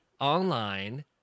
online